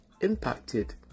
impacted